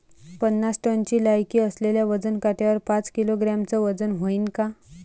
पन्नास टनची लायकी असलेल्या वजन काट्यावर पाच किलोग्रॅमचं वजन व्हईन का?